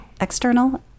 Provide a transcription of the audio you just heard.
external